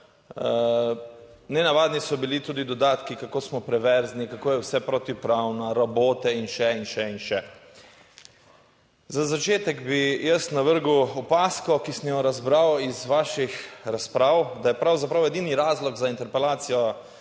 Nenavadni so bili tudi dodatki, kako smo perverzni, kako je vse protipravno, rabote in še in še in še. Za začetek bi jaz navrgel opazko, ki sem jo razbral iz vaših razprav, da je pravzaprav edini razlog za interpelacijo